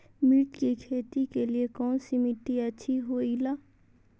मिर्च की खेती के लिए कौन सी मिट्टी अच्छी होईला?